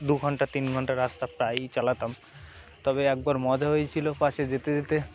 দু ঘণ্টা তিন ঘণ্টা রাস্তা প্রায়ই চালাতাম তবে একবার মজা হয়েছিল পাশে যেতে যেতে